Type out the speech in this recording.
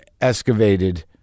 excavated